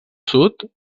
sud